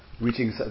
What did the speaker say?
reaching